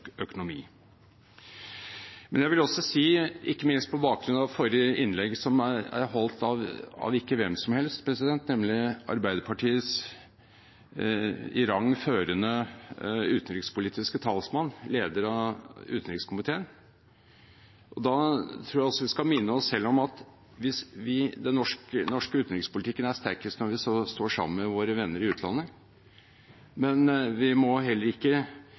økonomi. Jeg vil også si – ikke minst på bakgrunn av forrige innlegg, som ble holdt av ikke hvem som helst, men av Arbeiderpartiets i rang førende utenrikspolitiske talsmann, leder av utenrikskomiteen – at jeg tror vi skal minne oss selv om at den norske utenrikspolitikken er sterkest når vi står sammen med våre venner i utlandet, men vi må heller ikke